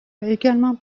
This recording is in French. également